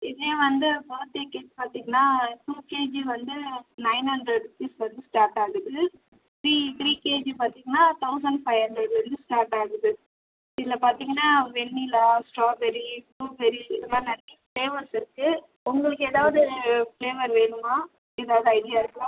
இதே வந்து birthday cakes பார்த்தீங்கன்னா டூ கேஜி வந்து நயன் ஹண்ட்ரட் ரூப்பீஸில் இருந்து ஸ்டார்ட் ஆகுது த்ரீ த்ரீ கேஜி பார்த்தீங்கன்னா தௌசண்ட் ஃபைவ் ஹண்ட்ரட்டில் இருந்து ஸ்டார்ட் ஆகுது இதில் பார்த்தீங்கன்னா வெண்ணிலா ஸ்ட்ராபெரி ப்ளூபெரி இது மாதிரி நிறைய ஃப்ளேவர்ஸ் இருக்குது உங்களுக்கு ஏதாவது ஃப்ளேவர் வேணுமா ஏதாவது ஐடியா இருக்கா